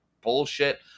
bullshit